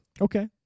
Okay